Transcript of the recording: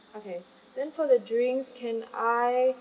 okay then for the drinks can I